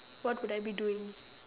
what would I be doing